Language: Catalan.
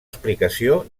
explicació